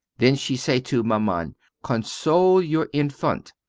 then she say to maman console your infant,